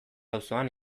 auzoan